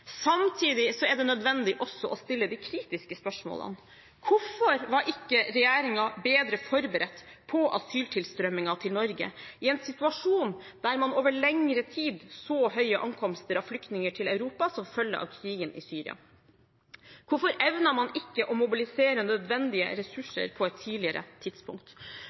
Samtidig er det nødvendig også å stille de kritiske spørsmålene. Hvorfor var ikke regjeringen bedre forberedt på asyltilstrømmingen til Norge i en situasjon der man over lengre tid så høye ankomster av flyktninger til Europa som følge av krigen i Syria? Hvorfor evnet man ikke å mobilisere nødvendige ressurser på et tidligere tidspunkt?